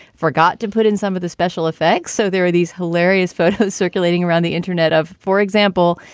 forgot to put in some of the special effects. so there are these hilarious photos circulating around the internet of, for example,